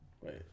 wait